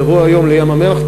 תבואו היום לים-המלח,